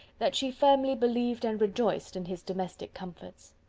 that she firmly believed and rejoiced in his domestic comforts.